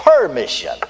permission